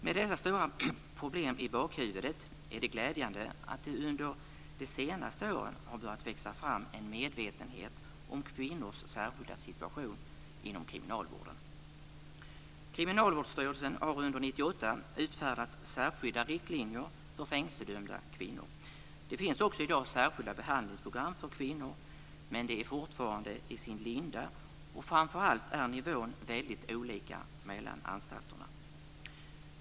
Med dessa stora problem i bakhuvudet är det glädjande att det under de senaste åren har börjat växa fram en medvetenhet om kvinnors särskilda situation inom kriminalvården. Kriminalvårdsstyrelsen har under 1998 utfärdat särskilda riktlinjer för fängelsedömda kvinnor. Det finns också i dag särskilda behandlingsprogram för kvinnor, men de är fortfarande i sin linda, och framför allt är nivån väldigt olika mellan anstalterna.